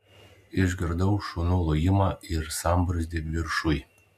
išgirdau šunų lojimą ir sambrūzdį viršuj